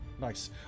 Nice